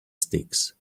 sticks